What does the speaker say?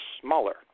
smaller